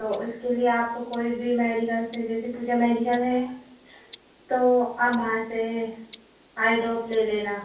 तो उसके लिए आपको कोई भी मेडिकल से जैसे पूजा मेडिकल है तो आप वहाँ से आई ड्रॉप ले लेना